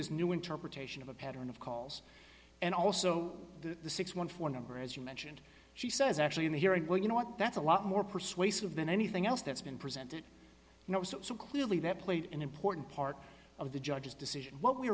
this new interpretation of a pattern of calls and also the six hundred and fourteen number as you mentioned she says actually in the hearing well you know what that's a lot more persuasive than anything else that's been presented so clearly that played an important part of the judge's decision what we